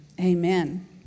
Amen